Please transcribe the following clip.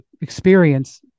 experience